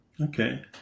Okay